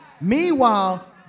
Meanwhile